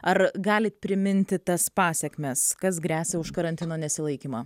ar galit priminti tas pasekmes kas gresia už karantino nesilaikymą